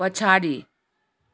पछाडि